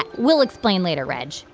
and we'll explain later, reg.